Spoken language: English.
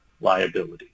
liabilities